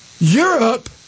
Europe